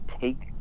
take